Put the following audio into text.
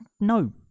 no